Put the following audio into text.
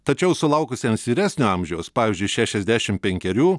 tačiau sulaukusiems vyresnio amžiaus pavyzdžiui šešiasdešimt penkerių